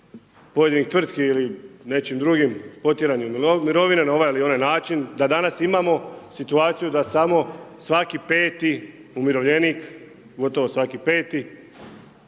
pojedinih tvrtki ili nečim drugim potjerani u mirovine na ovaj ili onaj način, da danas imamo situaciju da samo svaki peti umirovljenik, gotovo svaki peti,